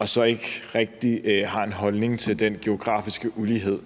man så ikke rigtig har en holdning til den geografiske ulighed